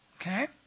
okay